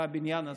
בבניין הזה,